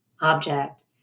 object